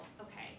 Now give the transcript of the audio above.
okay